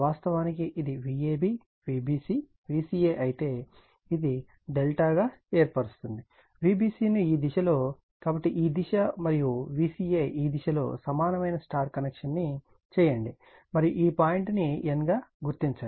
వాస్తవానికి ఇది Vab Vbc Vca అయితే ఇది Δ గా ఏర్పరుస్తుంది Vbc ను ఈ దిశలో కాబట్టి ఈ దిశ మరియు Vca ఈ దిశలో సమానమైన Y కనెక్షన్ ని చేయండి మరియు ఈ పాయింట్ ను n గా గుర్తించండి